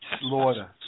Slaughter